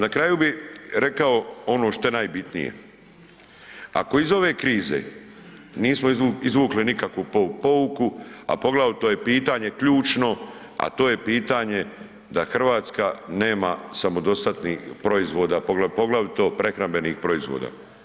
Na kraju bi rekao ono što je najbitnije, ako iz ove krize nismo izvukli nikakvu pouku, a poglavito je pitanje ključno a to je pitanje da Hrvatska nema samodostatnih proizvoda poglavito prehrambenih proizvoda.